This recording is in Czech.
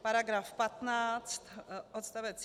§ 15 odst.